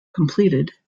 completed